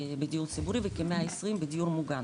בדיור ציבורי וכ-120 לדיור מוגן.